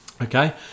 Okay